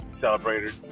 celebrated